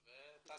תצליח.